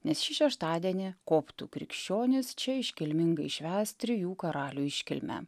nes šį šeštadienį koptų krikščionys čia iškilmingai švęs trijų karalių iškilmę